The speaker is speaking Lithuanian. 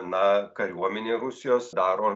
na kariuomenė rusijos daro